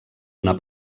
una